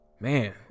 Man